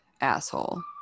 asshole